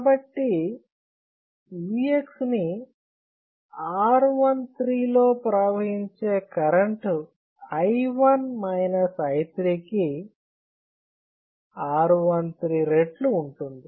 కాబట్టి Vx ని R13 లో ప్రవహించే కరెంటు i1 i3 కి R13 రెట్లు ఉంటుంది